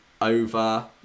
over